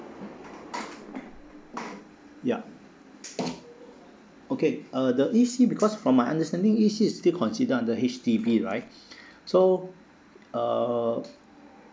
yup okay uh the E_C because from my understanding E_C is still considered under H_D_B right so uh